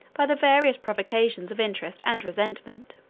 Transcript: by the various provocations of interest and resentment.